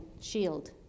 shield